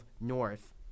North